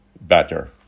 better